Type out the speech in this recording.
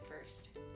first